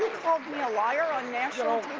called me a liar on national